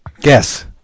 Guess